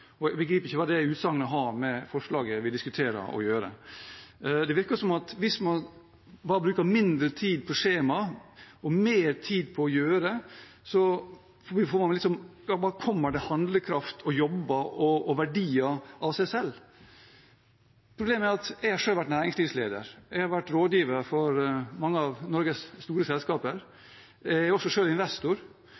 ikke jeg heller. Jeg begriper ikke hva det utsagnet har å gjøre med forslaget vi diskuterer. Det virker som at hvis man bare bruker mindre tid på skjema og mer tid på å gjøre, kommer det handlekraft og jobber og verdier av seg selv. Problemet er – jeg har selv vært næringslivsleder, jeg har vært rådgiver for mange av Norges store selskaper,